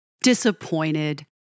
disappointed